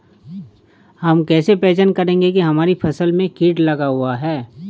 हम कैसे पहचान करेंगे की हमारी फसल में कीट लगा हुआ है?